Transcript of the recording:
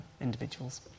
individuals